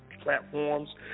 platforms